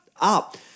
up